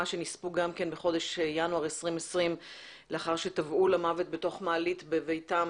שנספו בחודש ינואר 2020 לאחר שטבעו למוות בתוך מעלית בביתם